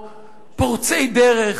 לא פורצי דרך.